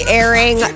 airing